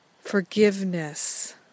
forgiveness